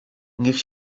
niech